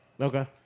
Okay